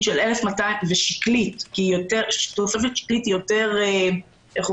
שקלית של 1,250 שקלים כי תוספת שקלית היא יותר שוויונית